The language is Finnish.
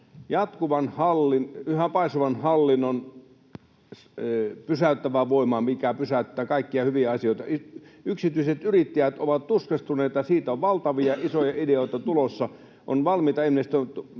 pahasti, on tämä yhä paisuvan hallinnon pysäyttävä voima, mikä pysäyttää kaikkia hyviä asioita. Yksityiset yrittäjät ovat tuskastuneita siitä. On valtavia, isoja ideoita tulossa, ollaan valmiita investoimaan